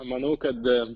manau kad